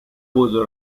буду